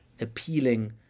appealing